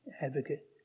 advocate